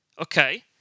okay